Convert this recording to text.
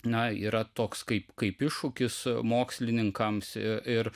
na yra toks kaip kaip iššūkius mokslininkams ir